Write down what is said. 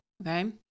okay